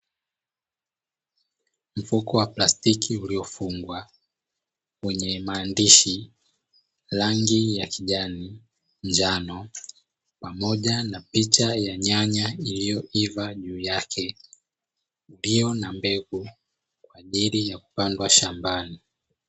Mfuko wa plastiki uliofungwa wenye maandishi rangi ya kijani, njano pamoja na picha ya nyanya iliyoiva juu yake, iliyo na mbegu kwa ajili ya kupandwa shambani.